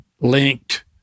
linked